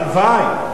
הלוואי.